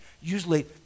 usually